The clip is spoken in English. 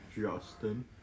Justin